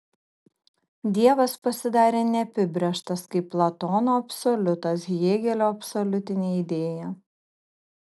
dievas pasidarė neapibrėžtas kaip platono absoliutas hėgelio absoliutinė idėja